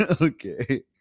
Okay